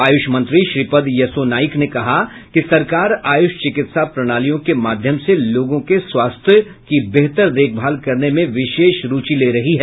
आयुष मंत्री श्रीपद येसो नाइक ने कहा कि सरकार आयुष चिकित्सा प्रणालियों के माध्यम से लोगों के स्वास्थ्य की बेहतर देखभाल करने में विशेष रुचि ले रही है